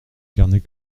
carnet